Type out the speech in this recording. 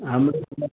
हाम्रो